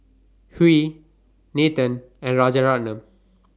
Hri Nathan and Rajaratnam